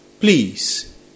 Please